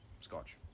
Scotch